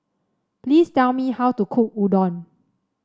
please tell me how to cook Udon